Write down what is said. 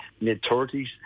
mid-30s